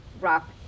rock